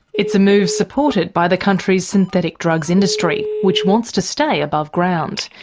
it's a move supported by the country's synthetic drugs industry, which wants to stay above ground.